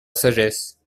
sagesse